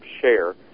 share